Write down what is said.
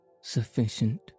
sufficient